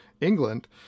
England